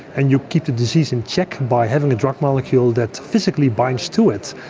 and you keep the disease in check by having a drug molecule that physically binds to it.